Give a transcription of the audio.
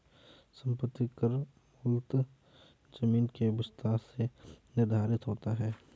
संपत्ति कर मूलतः जमीन के विस्तार से निर्धारित होता है